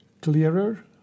clearer